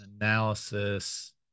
analysis